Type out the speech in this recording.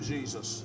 Jesus